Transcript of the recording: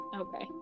Okay